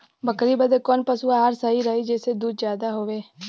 बकरी बदे कवन पशु आहार सही रही जेसे दूध ज्यादा होवे?